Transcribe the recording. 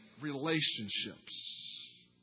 Relationships